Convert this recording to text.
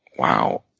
wow.